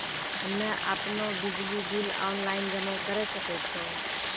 हम्मे आपनौ बिजली बिल ऑनलाइन जमा करै सकै छौ?